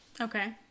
Okay